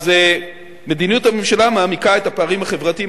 אז מדיניות הממשלה מעמיקה את הפערים החברתיים,